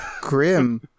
Grim